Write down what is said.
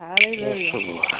Hallelujah